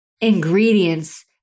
ingredients